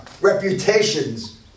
reputations